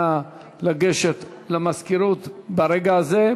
נא לגשת למזכירות ברגע הזה.